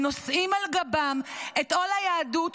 שנושאים על גבם את עול היהדות,